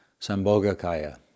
Sambhogakaya